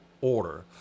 order